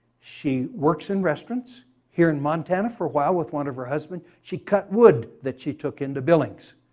she works in restaurants here in montana for a while with one of her husbands. she cut wood that she took into billings.